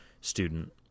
student